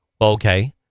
Okay